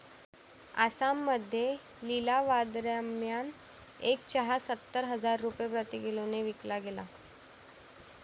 आसाममध्ये लिलावादरम्यान एक चहा सत्तर हजार रुपये प्रति किलोने विकला गेला